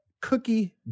cookie